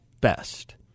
best